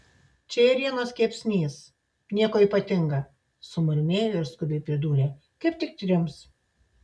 čia ėrienos kepsnys nieko ypatinga sumurmėjo ir skubiai pridūrė kaip tik trims